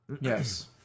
Yes